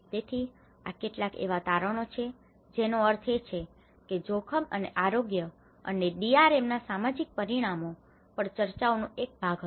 તેથી તેથી આ કેટલાક એવા તારણો છે જેનો અર્થ છે કે જે જોખમ અને આરોગ્ય અને ડીઆરએમ ના સામાજિક પરિમાણો પર ચર્ચાઓનો એક ભાગ હતો